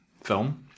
film